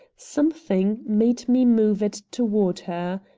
something made me move it toward her.